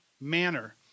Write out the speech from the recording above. manner